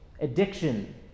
addiction